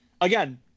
again